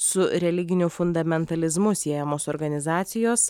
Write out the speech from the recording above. su religiniu fundamentalizmu siejamos organizacijos